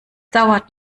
dauert